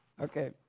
Okay